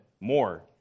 more